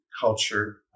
culture